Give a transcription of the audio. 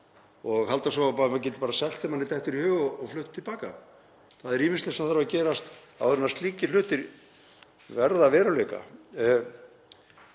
og halda svo að maður geti bara selt ef manni dettur í hug og flutt til baka. Það er ýmislegt sem þarf að gerast áður en slíkir hlutir verða að veruleika,